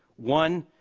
one,